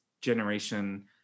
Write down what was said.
generation